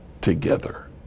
together